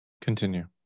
Continue